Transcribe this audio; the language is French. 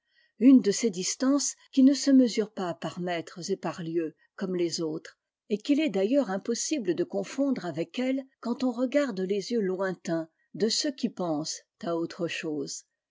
une de ces distances qui ne se mesurent pas par mètres et par lieues comme les autres et qu'il est d'ailleurs impossible de confondre avec elles quand on regarde les yeux lointains de ceux qui pensent à autre chose